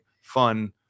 fun